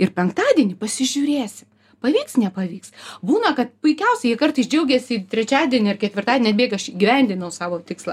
ir penktadienį pasižiūrėsim pavyks nepavyks būna kad puikiausiai jie kartais džiaugiasi ir trečiadienį ar ketvirtadienį atbėga aš įgyvendinau savo tikslą